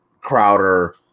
Crowder